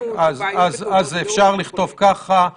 -- אפשר לכתוב בסעיף (3):